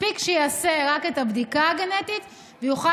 מספיק שיעשה רק את הבדיקה הגנטית והוא יוכל